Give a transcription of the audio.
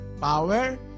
power